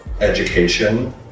education